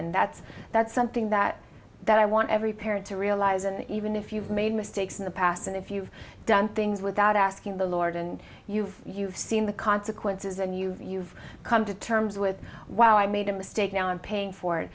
that's that's something that that i want every parent really to even if you've made mistakes in the past and if you've done things without asking the lord and you you've seen the consequences and you you've come to terms with wow i made a mistake now i'm paying for it